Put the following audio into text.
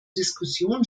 diskussion